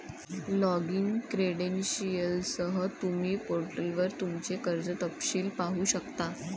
login क्रेडेंशियलसह, तुम्ही पोर्टलवर तुमचे कर्ज तपशील पाहू शकता